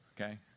Okay